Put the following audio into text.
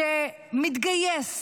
שמתגייס